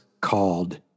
called